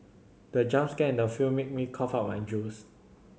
the jump scare in the film made me cough out my juice